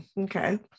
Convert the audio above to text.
Okay